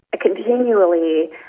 continually